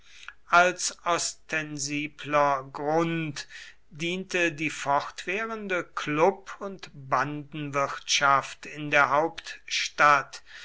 als ostensibler grund diente die fortwährende klub und bandenwirtschaft in der hauptstadt